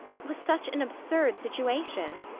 it was such an absurd situation.